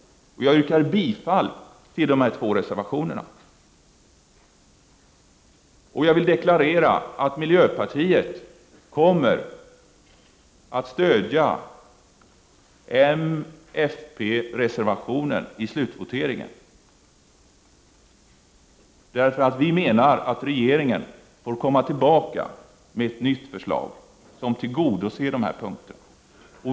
Jag yrkar bifall till de här två reservationerna. Jag vill deklarera att miljöpartiet kommer att stödja moderaternas och folkpartiets reservation i slutvoteringen, för vi menar att regeringen får komma tillbaka med ett nytt förslag som tillgodoser de här punkterna.